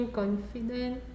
confident